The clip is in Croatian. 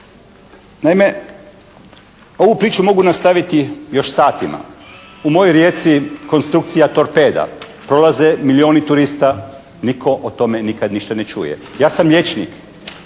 Naime, ovu priču mogu nastaviti još satima. U mojoj Rijeci konstrukcija torpeda, prolaze milijuni turista nitko o tome nikada ništa ne čuje. Ja sam liječnik,